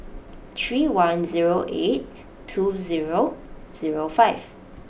three one zero eight two zero zero five